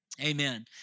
amen